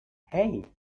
hey